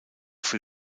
für